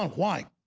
why?